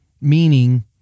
Meaning